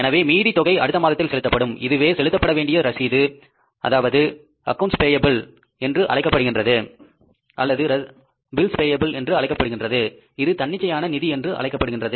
எனவே மீதி உள்ள தொகை அடுத்த மாதத்தில் செலுத்தப்படும் இதுவே செலுத்தப்பட வேண்டிய ரசீது என்று அழைக்கப்படுகின்றது இது தன்னிச்சையான நிதி என்று அழைக்கப்படுகின்றது